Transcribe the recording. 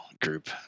group